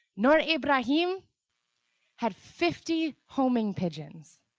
noor ebrahim had fifty homing pigeons.